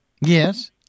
Yes